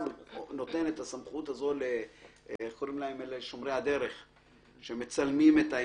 את הסמכות לשומרי הדרך שמצלמים.